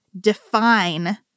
define